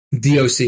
DOC